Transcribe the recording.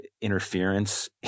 interference